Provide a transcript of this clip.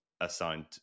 assigned